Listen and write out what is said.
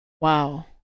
Wow